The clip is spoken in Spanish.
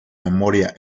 memoria